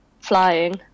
flying